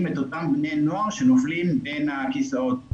את אותם בני נוער שנופלים בין הכיסאות,